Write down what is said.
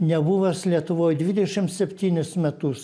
nebuvęs lietuvoj dvidešim septynis metus